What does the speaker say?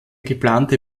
geplante